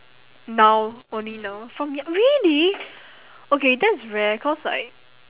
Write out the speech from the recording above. now only now from yo~ really okay that's rare cause like